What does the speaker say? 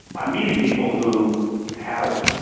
i'm meeting people who have,